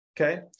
Okay